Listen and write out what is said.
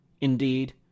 Indeed